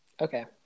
Okay